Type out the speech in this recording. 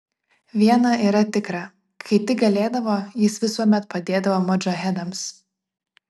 viena yra tikra kai tik galėdavo jis visuomet padėdavo modžahedams